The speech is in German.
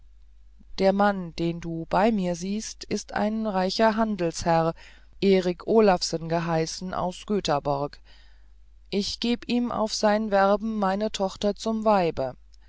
der mann den du bei mir siehst ist der reiche handelsherr eric olawsen geheißen aus göthaborg ich geb ihm auf sein werben meine tochter zum weibe